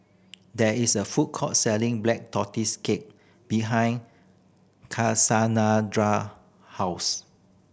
there is a food court selling Black Tortoise Cake behind house